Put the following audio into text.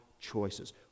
choices